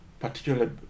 particularly